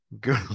good